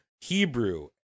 Hebrew